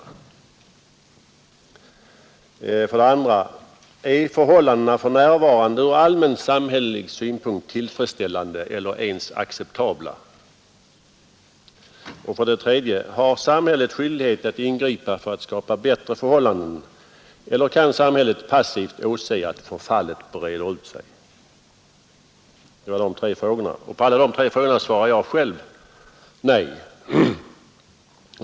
2. Är förhållandena för närvarande ur allmän samhällelig synpunkt tillfredsställande eller ens acceptabla? 3. Bör samhället passivt åse att förfallet breder ut sig utan att ingripa för att skapa bättre förhållanden? På alla tre frågorna svarar jag själv nej.